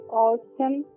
awesome